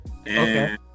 Okay